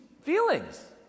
feelings